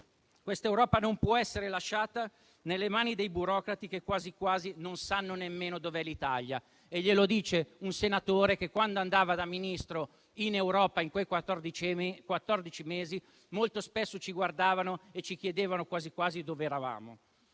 Questa Europa non può essere lasciata nelle mani dei burocrati, che quasi quasi non sanno nemmeno dov'è l'Italia. E glielo dice un senatore che, quando è andato da Ministro in Europa, in quei quattordici mesi, ha notato che molto spesso ci guardavano e ci chiedevano quasi quasi dove eravamo.